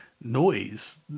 noise